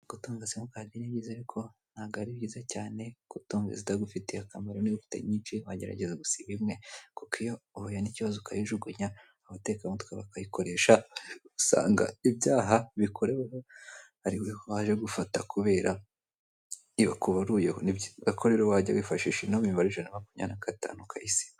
Gutunga simukadi ni byiza ariko ntabwo ari byiza cyane gutunga izitagufitiye akamaro. Niba ufite nyinshi wagerageza gusiba imwe, kuko iyo uhuye n'ikibazo ukayijugunya abatekamutwe bakayikoresha, usanga ibyaha bikoreweho ari weho baje gufata kubera iba ikubaruyeho, ni byiza ko rero wajya wifashisha ino mibare "ijana na makumyabiri na gatanu" ukayisiba.